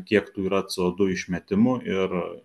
kiek tų yra c o du išmetimų ir